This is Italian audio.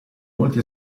molti